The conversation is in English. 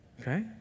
Okay